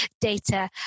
data